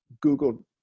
Google